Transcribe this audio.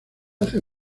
hace